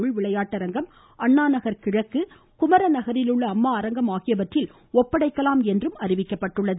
உள்விளையாட்டரங்கம் அண்ணா நகர் கிழக்கு குமரன் நகரில் உள்ள அம்மா அரங்கம் ஆகியவற்றில் ஒப்படைக்கலாம் என்று அறிவிக்கப்பட்டுள்ளது